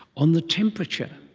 on the temperature,